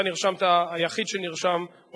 אתה היחיד שנרשם,